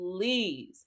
please